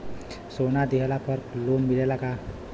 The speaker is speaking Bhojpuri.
सोना दिहला पर लोन मिलेला का?